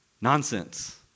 Nonsense